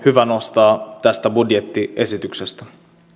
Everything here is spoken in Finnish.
hyvä nostaa tästä budjettiesityksestä